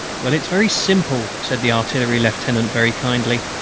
well, it's very simple, said the artillery lieutenant, very kindly.